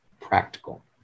practical